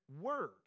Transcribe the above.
word